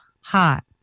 hot